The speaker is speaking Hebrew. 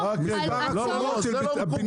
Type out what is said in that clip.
זה לא מקובל,